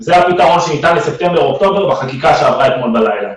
זה הפתרון לספטמבר-אוקטובר בחקיקה שעברה אתמול בלילה.